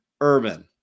Urban